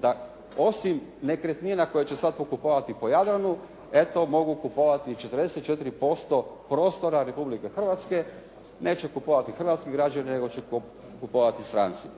da osim nekretnina koje će sada pokupovati po Jadranu eto mogu kupovati 44% prostora Republike Hrvatske, neće kupovati hrvatski građani nego će kupovati stranci.